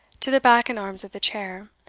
to the back and arms of the chair,